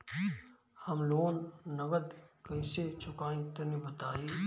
हम लोन नगद कइसे चूकाई तनि बताईं?